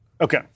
Okay